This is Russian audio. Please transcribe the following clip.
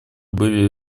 были